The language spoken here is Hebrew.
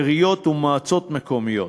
עיריות ומועצות מקומיות